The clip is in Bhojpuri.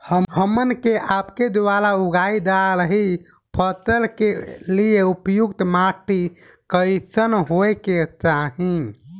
हमन के आपके द्वारा उगाई जा रही फसल के लिए उपयुक्त माटी कईसन होय के चाहीं?